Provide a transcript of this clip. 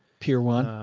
peer one.